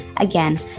Again